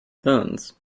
phones